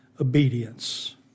obedience